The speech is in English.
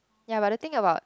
ya but the thing about